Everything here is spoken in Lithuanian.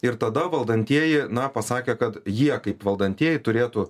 ir tada valdantieji na pasakė kad jie kaip valdantieji turėtų